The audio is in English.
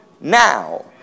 now